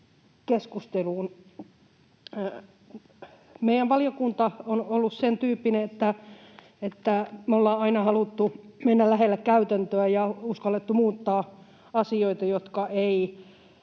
keskusteluun. Meidän valiokunta on ollut sen tyyppinen, että me ollaan aina haluttu mennä lähelle käytäntöä ja uskallettu muuttaa asioita, jotka